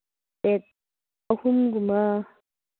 set ꯑꯍꯨꯝꯒꯨꯝꯕ